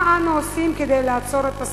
מה אנו עושים כדי לעצור את הסחף?